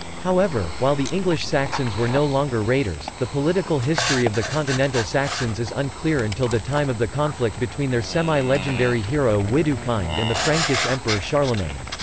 however, while the english saxons were no longer raiders, the political history of the continental saxons is unclear until the time of the conflict between their semi-legendary hero widukind and the frankish emperor charlemagne.